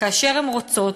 כאשר הן רוצות,